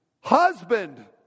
husband